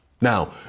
Now